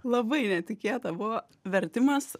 labai netikėta buvo vertimas